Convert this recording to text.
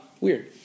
Weird